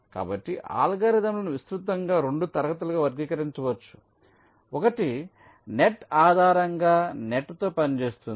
కాబట్టి అల్గోరిథంలను విస్తృతంగా 2 తరగతులుగా వర్గీకరించవచ్చు 1 నెట్ ఆధారంగా నెట్తో పనిచేస్తుంది